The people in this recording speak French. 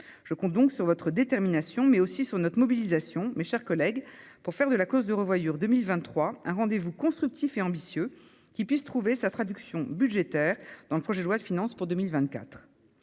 Je compte donc sur votre détermination, mais aussi sur notre mobilisation, mes chers collègues, pour faire de la clause de revoyure en 2023 un rendez-vous constructif et ambitieux, qui puisse trouver sa traduction budgétaire dans le projet de loi de finances pour 2024.